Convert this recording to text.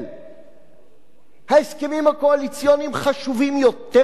ההסכמים הקואליציוניים חשובים יותר מחוק השבות של המדינה,